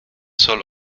soll